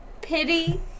pity